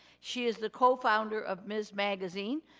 she is the co-founder of ms. magazine,